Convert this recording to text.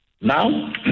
Now